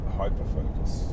hyperfocus